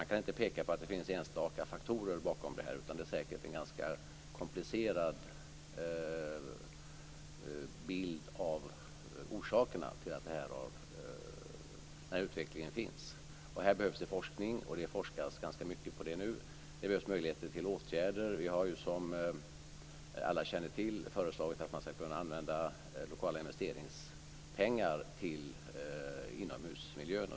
Man kan inte peka på att det finns enstaka faktorer bakom detta, utan det är säkert en ganska komplicerad bild av orsaker till denna utveckling. Här behövs det forskning, och det forskas ganska mycket på det nu. Det behövs möjligheter till åtgärder. Vi har som alla känner till föreslagit att man ska kunna använda lokala investeringspengar till inomhusmiljön.